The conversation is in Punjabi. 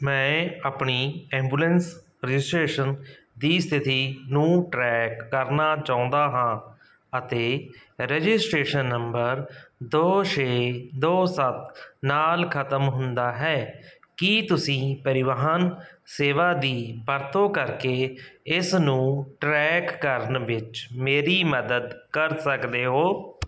ਮੈਂ ਆਪਣੀ ਐਂਬੂਲੈਂਸ ਰਜਿਸਟ੍ਰੇਸ਼ਨ ਦੀ ਸਥਿਤੀ ਨੂੰ ਟਰੈਕ ਕਰਨਾ ਚਾਹੁੰਦਾ ਹਾਂ ਅਤੇ ਰਜਿਸਟ੍ਰੇਸ਼ਨ ਨੰਬਰ ਦੋ ਛੇ ਦੋ ਸੱਤ ਨਾਲ ਖਤਮ ਹੁੰਦਾ ਹੈ ਕੀ ਤੁਸੀਂ ਪਰਿਵਾਹਨ ਸੇਵਾ ਦੀ ਵਰਤੋਂ ਕਰਕੇ ਇਸ ਨੂੰ ਟਰੈਕ ਕਰਨ ਵਿੱਚ ਮੇਰੀ ਮਦਦ ਕਰ ਸਕਦੇ ਹੋ